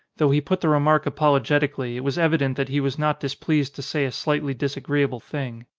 though he put the remark apologetically it was evident that he was not displeased to say a slightly disagreeable thing.